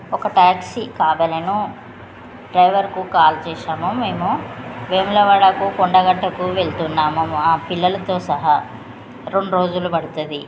ఒక ట్యాక్సీ కావలెను డ్రైవర్కు కాల్ చేశాము మేము వేమలవాడకు కొండగట్టకు వెళ్తున్నాము మా పిల్లలతో సహా రెండు రోజులు పడుతుంది